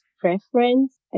preference